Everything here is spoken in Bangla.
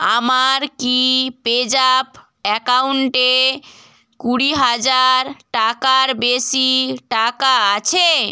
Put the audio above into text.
আমার কি পেজ্যাপ অ্যাকাউন্টে কুড়ি হাজার টাকার বেশি টাকা আছে